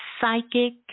psychic